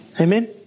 Amen